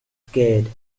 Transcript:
scared